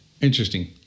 Interesting